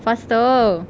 faster